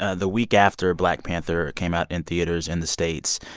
ah the week after black panther came out in theaters in the states.